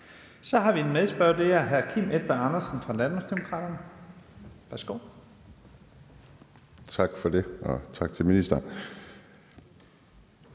Så har vi en medspørger, og det er hr. Kim Edberg Andersen fra Danmarksdemokraterne. Værsgo. Kl. 14:57 Kim Edberg Andersen